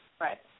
Right